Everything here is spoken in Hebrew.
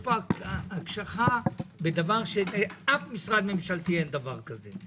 פה הקשחה ברמה שאף משרד ממשלתי אין דבר כזה,